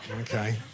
okay